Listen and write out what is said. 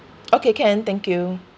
okay can thank you